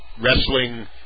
wrestling